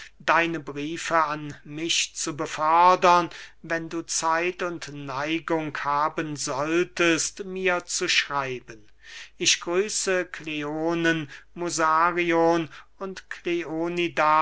deine briefe an mich zu befördern wenn du zeit und neigung haben solltest mir zu schreiben ich grüße kleonen musarion und